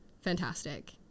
fantastic